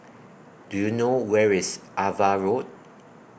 Do YOU know Where IS AVA Road